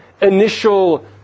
initial